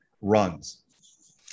runs